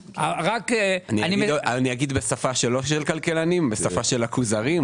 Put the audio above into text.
אני אגיד בשפה לא של כלכלנים בשפה של הכוזרים,